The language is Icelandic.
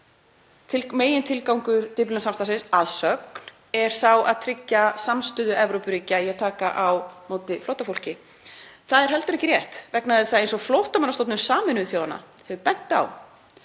megintilgangur Dyflinnarsamstarfsins er að sögn sá að tryggja samstöðu Evrópuríkja í að taka á móti flóttafólki. Það er heldur ekki rétt vegna þess að eins og Flóttamannastofnun Sameinuðu þjóðanna hefur bent á